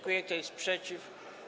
Kto jest przeciw?